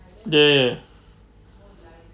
ya ya ya